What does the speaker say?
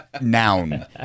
noun